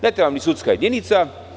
Ne treba vam sudska jedinica.